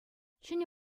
ҫӗнӗ